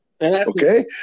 Okay